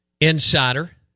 insider